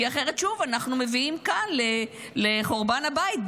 כי אחרת שוב אנחנו מביאים כאן לחורבן הבית,